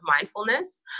mindfulness